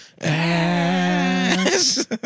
ass